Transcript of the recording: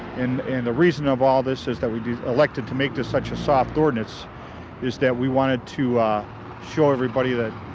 and and the reason of all this is that we elected to make this such a soft ordinance is that we wanted to show everybody that